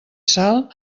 sal